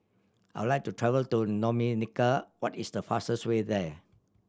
I'd like to travel to Dominica what is the fastest way there